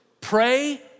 Pray